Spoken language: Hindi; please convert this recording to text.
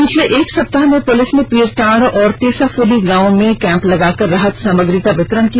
पिछले एक सप्ताह में पुलिस ने पीरटांड और टेसाफली गाँव में कैंप लगाकर राहत सामग्री का वितरण किया